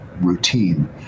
routine